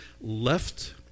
left